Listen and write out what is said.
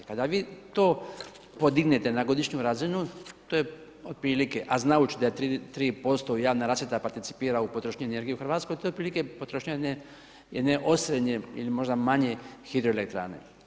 Kada vi to podignete na godišnju razinu to je otprilike a znajući da je 3% javna rasvjeta participira u potrošnji energije u Hrvatskoj, to je otprilike potrošnja jedne osrednje ili možda manje hidroelektrane.